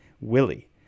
Willie